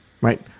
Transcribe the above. Right